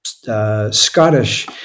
Scottish